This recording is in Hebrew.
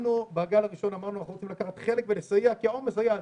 בגל הראשון אמרנו שאנחנו רוצים לקחת חלק ולסייע כי העומס היה אדיר,